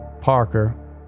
Parker